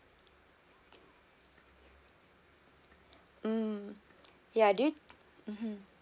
um ya do you mmhmm